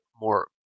more